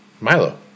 Milo